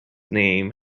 name